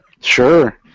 Sure